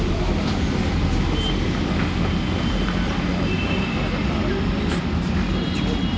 macroeconomics रोजगार, उत्पादकता, व्यापार, ब्याज दर, बजट आदिक विश्लेषण करै छै